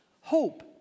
hope